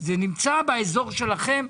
זה נמצא באזור שלכם.